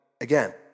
again